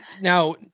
now